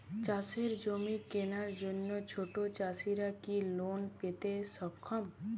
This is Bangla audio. চাষের জমি কেনার জন্য ছোট চাষীরা কি লোন পেতে সক্ষম?